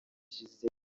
ishize